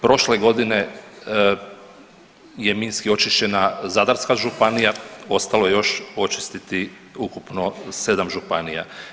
Prošle godine je minski očišćena Zadarska županija, ostalo je još očistiti ukupno sedam županija.